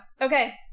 Okay